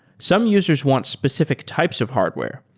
some users want specific types of hardware.